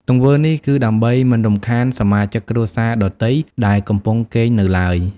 ទង្វើនេះគឺដើម្បីមិនរំខានសមាជិកគ្រួសារដទៃដែលកំពុងគេងនៅឡើយ។